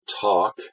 talk